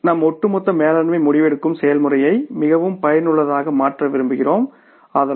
நம் ஒட்டுமொத்த மேலாண்மை முடிவெடுக்கும் செயல்முறையை மிகவும் பயனுள்ளதாக மாற்ற விரும்புகிறோம் ஆதலால்